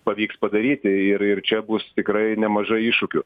pavyks padaryti ir ir čia bus tikrai nemažai iššūkių